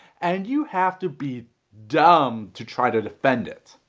and you have to be dumb to try to defend it,